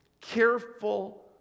careful